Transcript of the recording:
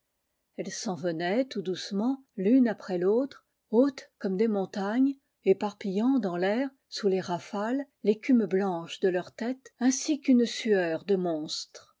elles s'en venaient tout doucement l'une après l'autre hautes comme des montagnes éparpillant dans l'air sous les rafales l'écume blanche de leurs têtes ainsi qu'une sueur de monstres